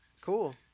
cool